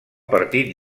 partit